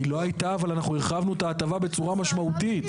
היא לא הייתה אבל אנחנו הרחבנו את ההטבה בצורה משמעותית.